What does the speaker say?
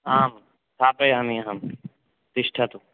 आम् स्थापयामि अहं तिष्ठतु